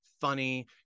funny